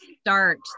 start